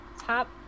Top